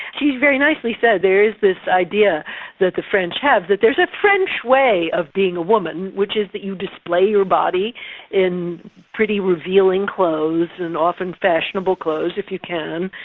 she's very nicely said, there is this idea that the french have, that there's a french way of being a woman which is that you display your body in pretty revealing clothes and often fashionable clothes if you can.